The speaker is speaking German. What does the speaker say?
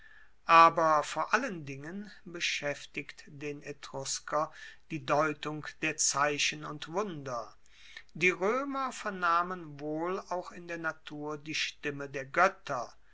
aber vor allen dingen beschaeftigt den etrusker die deutung der zeichen und wunder die roemer vernahmen wohl auch in der natur die stimme der goetter